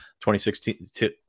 2016